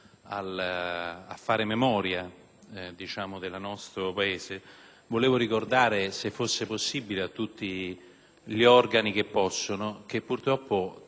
gli organi istituzionali che, purtroppo, tra le persone morte in Iraq c'è anche il collega giornalista Baldoni, di cui non è stato nemmeno mai ritrovato il corpo.